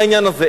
והעניין הזה,